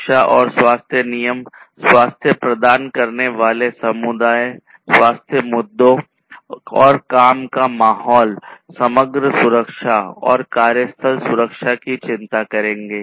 सुरक्षा और स्वास्थ्य नियम स्वास्थ्य प्रदान करने वाले स्वास्थ्य मुद्दों और काम का माहौल समग्र सुरक्षा और कार्यस्थल सुरक्षा की चिंता करेंगे